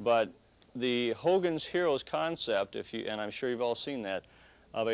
but the hogans heroes concept if you and i'm sure you've all seen that of